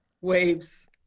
waves